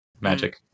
magic